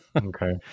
Okay